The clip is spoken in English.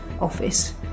office